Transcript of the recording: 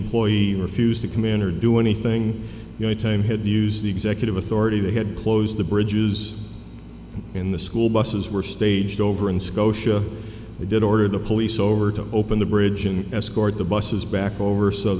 employee refuse to command or do anything you know time had to use the executive authority they had closed the bridges in the school buses were staged over in scotia did order the police over to open the bridge and escort the buses back over so